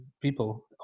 people